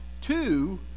two